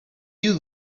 you